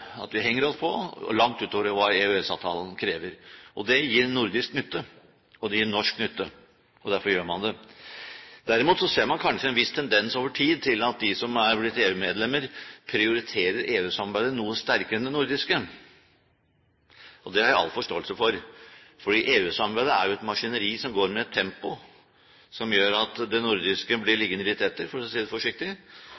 at vi henger oss på langt utover hva EØS-avtalen krever. Det gir nordisk nytte, og det gir norsk nytte, og derfor gjør man det. Derimot ser man kanskje en viss tendens over tid til at de som er blitt EU-medlemmer, prioriterer EU-samarbeidet noe sterkere enn det nordiske. Det har jeg all forståelse for, for EU-samarbeidet er et maskineri som går med et tempo som gjør at det nordiske blir